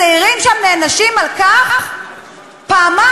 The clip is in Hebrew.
הצעירים שם נענשים על כך פעמיים.